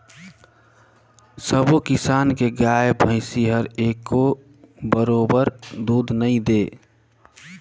सबो किसम के गाय भइसी हर एके बरोबर दूद नइ दे